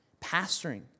Pastoring